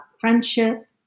friendship